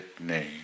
name